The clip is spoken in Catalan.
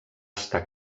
estar